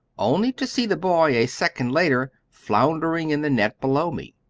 only to see the boy, a second later, floundering in the net below me.